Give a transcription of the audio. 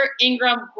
Ingram